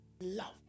love